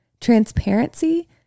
Transparency